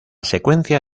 secuencia